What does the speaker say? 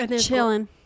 chilling